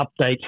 update